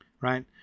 right